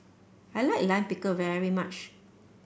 I like Lime Pickle very much